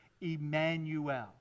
Emmanuel